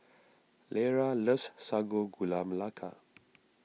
Lera loves Sago Gula Melaka